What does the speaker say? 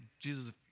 Jesus